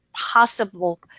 possible